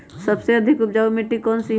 सबसे अधिक उपजाऊ मिट्टी कौन सी हैं?